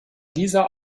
dieser